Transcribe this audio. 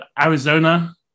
Arizona